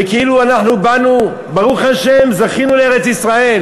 וכאילו אנחנו באנו, ברוך השם, זכינו לארץ-ישראל,